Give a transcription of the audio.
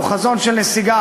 הוא חזון של נסיגה,